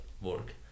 work